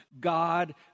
god